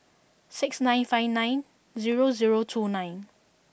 six nine five nine zero zero two nine